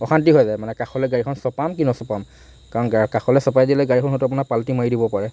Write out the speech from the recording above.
অশান্তি হৈ যায় মানে কাষলৈ গাড়ীখন চপাম কি নচপাম কাৰণ কাষলৈ চপাই দিলে গাড়ীখন হয়তো আপোনাৰ পাল্টি মাৰি দিব পাৰে